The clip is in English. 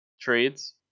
trades